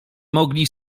mogli